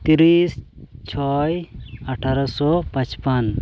ᱛᱤᱨᱤᱥ ᱪᱷᱚᱭ ᱟᱴᱟᱨᱚᱥᱚ ᱯᱟᱸᱪᱯᱟᱱ